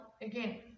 again